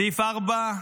סעיף רביעי,